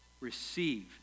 receive